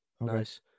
nice